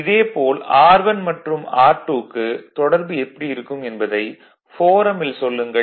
இதே போல் R1 மற்றும் R2 க்கு தொடர்பு எப்படி இருக்கும் என்பதை ஃபோரமில் சொல்லுங்கள்